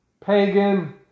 pagan